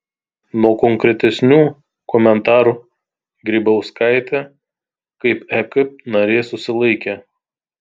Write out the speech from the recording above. nuo konkretesnių komentarų grybauskaitė kaip ek narė susilaikė